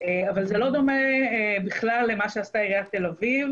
אבל זה לא דומה בכלל למה שעשתה עיריית תל אביב